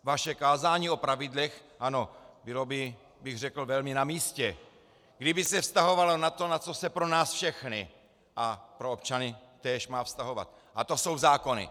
Vaše kázání o pravidlech, ano, bylo by, řekl bych, velmi namístě, kdyby se vztahovalo na to, na co se pro nás všechny a pro občany též má vztahovat, a to jsou zákony.